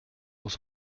muss